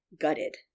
gutted